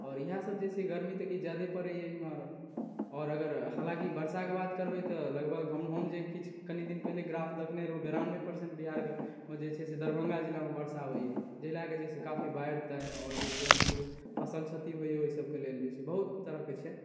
आओर इएह सबजे छै गर्मी तऽ किछु जादे पड़ैया इमहर आओर अगर हलाकि बरसाके बात करबै तऽ लगभग हम हम जे किछु कनी दिन पहिले ग्राफ देखने रहूॅं बेरानबे परसेन्ट बिहारके एहिमे जे छै से दरभंगा जिलामे बरसा होइया जिला के जे छै से काफी बाढ़ि ताढ़ि आओर जे छै हमर सबके फसल क्षति होइया ओहिसबके लेल छै से बहुत तरहके छै